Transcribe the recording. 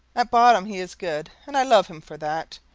at bottom he is good, and i love him for that,